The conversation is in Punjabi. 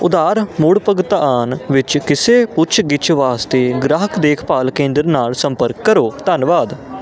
ਉਧਾਰ ਮੁੜ ਭੁਗਤਾਨ ਵਿੱਚ ਕਿਸੇ ਪੁੱਛ ਗਿੱਛ ਵਾਸਤੇ ਗ੍ਰਾਹਕ ਦੇਖਭਾਲ ਕੇਂਦਰ ਨਾਲ ਸੰਪਰਕ ਕਰੋ ਧੰਨਵਾਦ